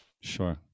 sure